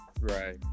right